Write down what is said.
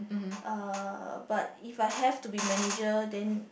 uh but if I have to be manager then